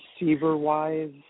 receiver-wise